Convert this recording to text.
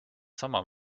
sama